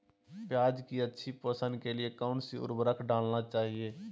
प्याज की अच्छी पोषण के लिए कौन सी उर्वरक डालना चाइए?